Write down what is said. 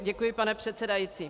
Děkuji, pane předsedající.